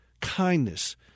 kindness